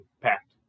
packed